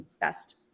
best